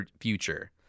future